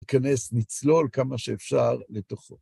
ניכנס, נצלול כמה שאפשר לתוכו.